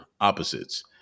opposites